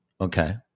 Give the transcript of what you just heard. Okay